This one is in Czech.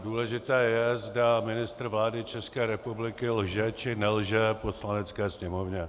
Důležité je, zda ministr vlády České republiky lže, či nelže Poslanecké sněmovně.